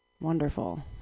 Wonderful